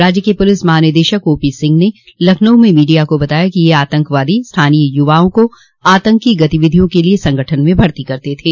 राज्य के पुलिस महानिदेशक ओपी सिंह ने लखनऊ में मीडिया को बताया कि ये आतंकवादी स्थानीय य्वाओं को आतंकी गतिविधियों के लिए संगठन में भर्ती करते थे